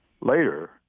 Later